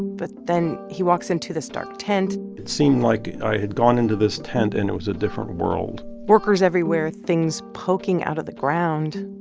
but then he walks into this dark tent it seemed like i had gone into this tent, and it was a different world workers everywhere, things poking out of the ground,